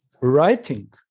writing